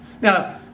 Now